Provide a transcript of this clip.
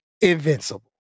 Invincible